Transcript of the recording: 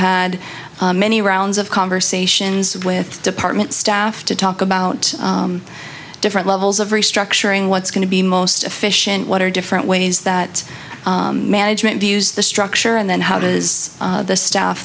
had many rounds of conversations with department staff to talk about different levels of restructuring what's going to be most efficient what are different ways that management views the structure and then how does the staff